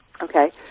Okay